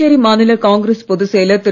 புதுச்சேரி மாநில காங்கிரஸ் பொதுச் செயலர் திரு